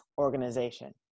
organization